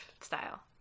style